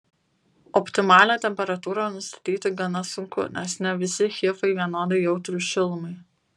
optimalią temperatūrą nustatyti gana sunku nes ne visi hifai vienodai jautrūs šilumai